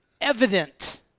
evident